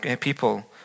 people